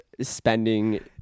spending